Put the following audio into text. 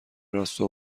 راستا